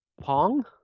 Pong